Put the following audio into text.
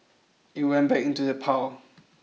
it went back into the pile